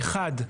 אחד,